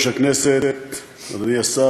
בקשת ועדת